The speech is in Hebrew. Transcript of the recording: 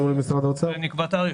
ונקבע תאריך,